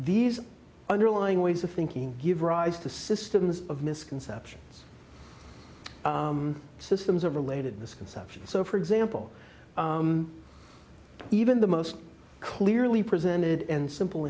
these underlying ways of thinking give rise to systems of misconceptions systems of related misconceptions so for example even the most clearly presented and simple